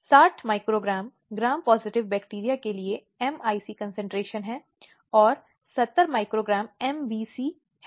जैसा कि मैंने कहा कि कई स्थितियों में महिलाओं की प्रतिष्ठा को विशेष रूप से बचाव के रूप में कहा गया था और यह दिखाने के प्रयास किए गए थे कि एक महिला शिथिल नैतिकता की है